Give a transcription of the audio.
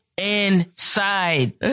inside